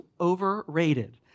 overrated